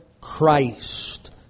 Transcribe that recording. Christ